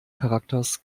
charakters